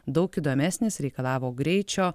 daug įdomesnis reikalavo greičio